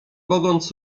mogąc